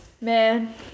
man